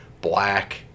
black